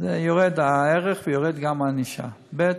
הערך של זה יורד וגם הענישה, ב.